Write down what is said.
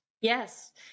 Yes